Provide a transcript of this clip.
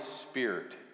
Spirit